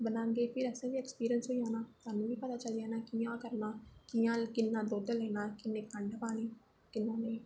बनाह्गे फिर असें बी ऐक्सपीरियंस होई जाना सानू बी पता चली जाना कि'यां करना कि'यां किन्ना दुद्ध लैना किन्नी खंड पानी किन्ना नेईं